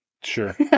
Sure